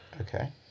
Okay